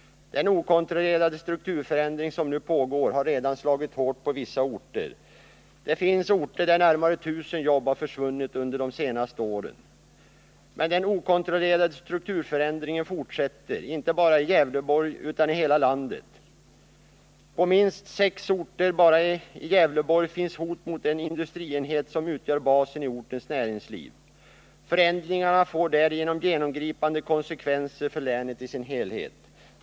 Den okontrollerade strukturförändring som nu pågår har redan slagit hårt på vissa orter. Det finns orter där närmare 1 000 jobb har försvunnit under de senaste åren. Men den okontrollerade strukturförändringen fortsätter inte bara i Gävleborgs län utan i hela landet. På minst sex orter bara i Gävleborgs län finns hot mot den industrienhet som utgör basen i ortens näringsliv. Förändringarna får därigenom genomgripande konsekvenser för länet i dess helhet.